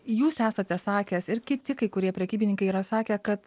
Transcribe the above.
jūs esate sakęs ir kiti kai kurie prekybininkai yra sakę kad